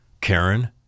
Karen